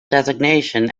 designation